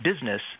business